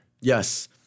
Yes